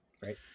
Right